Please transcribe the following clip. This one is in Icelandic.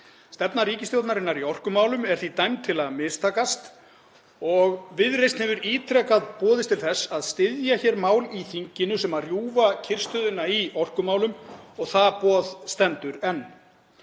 Stefna ríkisstjórnarinnar í orkumálum er því dæmd til að mistakast. Viðreisn hefur ítrekað boðist til þess að styðja hér mál í þinginu sem rjúfa kyrrstöðuna í orkumálum og það boð stendur enn.